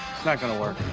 it's not gonna work.